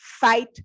fight